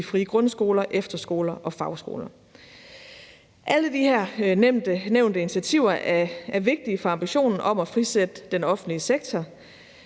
de frie grundskoler, efterskoler og fagskoler. Alle de her nævnte initiativer er vigtige for ambitionen om at frisætte den offentlige sektor.